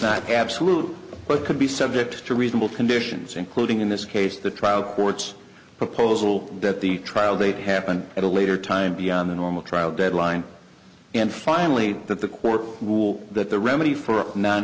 not absolute but could be subject to reasonable conditions including in this case the trial court's proposal that the trial date happened at a later time beyond the normal trial deadline and finally that the court rule that the remedy for non